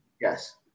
yes